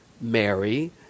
Mary